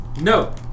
No